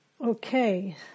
Okay